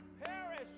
perish